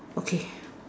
okay